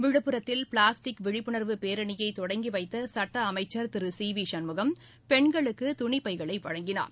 விழுப்புரத்தில் பிளாஸ்டிக் விழிப்புணர்வு பேரணியை தொடங்கி வைத்த சுட்ட அமைச்சா் திரு சி வி சண்முகம் பெண்களுக்கு துணிப் பைகளை வழங்கினார்